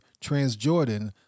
Transjordan